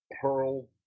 Pearl